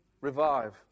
Revive